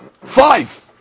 five